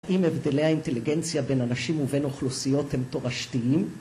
האם הבדלי האינטליגנציה בין אנשים ובין אוכלוסיות הם תורשתיים?